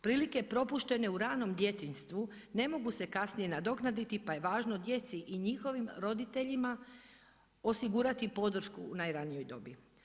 Prilike propuštene u ranom djetinjstvu ne mogu se kasnije nadoknaditi, pa je važno djeci i njihovim roditeljima osigurati podršku u najranijoj dobi.